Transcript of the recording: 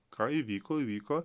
ką įvyko įvyko